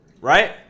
Right